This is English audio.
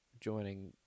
joining